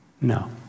No